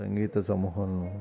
సంగీత సమూహం